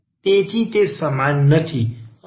તેથી તે સમાન નથી